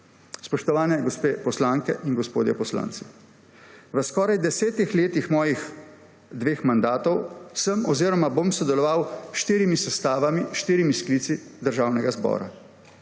Spoštovani gospe poslanke in gospodje poslanci, v skoraj desetih letih mojih dveh mandatov sem oziroma bom sodeloval s štirimi sestavami, s štirimi sklici Državnega zbora.